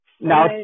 Now